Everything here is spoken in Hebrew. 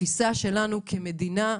תפיסה שלנו כמדינה,